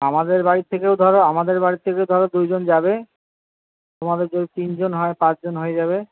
আমাদের বাড়ির থেকেও ধরো আমাদের বাড়ির থেকেও ধরো দুইজন যাবে তোমাদের যদি তিনজন হয় পাঁচজন হয়ে যাবে